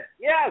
Yes